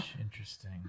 Interesting